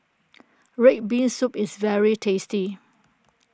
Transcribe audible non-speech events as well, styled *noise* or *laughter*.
*noise* Red Bean Soup is very tasty